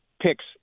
picks